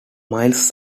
miles